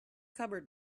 cupboard